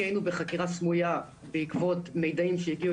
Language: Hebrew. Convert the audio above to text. כי היינו בחקירה סמויה בעקבות מיידעים שהגיעו